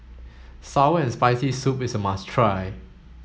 sour and spicy soup is a must try